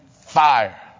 fire